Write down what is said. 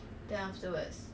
he always do it